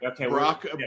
okay